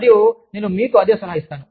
మరియు నేను మీకు అదే సలహా ఇస్తాను